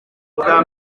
bwa